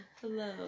Hello